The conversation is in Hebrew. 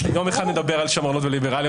אולי יום אחד נדבר על שמרנות וליברליות